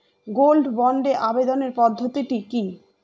Gold বন্ডে আবেদনের পদ্ধতিটি কি?